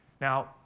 Now